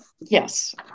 yes